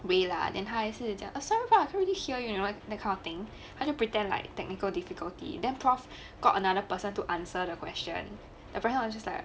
way lah then 他还是讲 sorry prof I cant really share you know that kind of thing 他就 pretend like technical difficulty then prof got another person to answer the question the person answer like